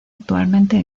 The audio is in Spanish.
actualmente